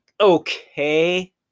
Okay